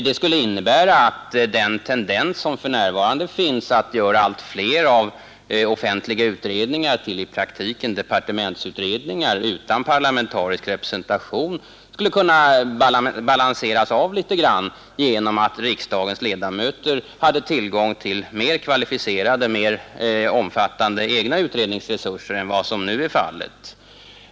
Det skulle innebära att den tendens som för närvarande finns att göra allt flera offentliga utredningar till i praktiken departementsutredningar utan parlamentarisk representation i någon mån skulle kunna balanseras genom att riksdagens ledamöter finge tillgång till mera kvalificerade, mera omfattande egna utredningsresurser än vad som nu är fallet.